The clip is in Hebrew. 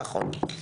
נכון.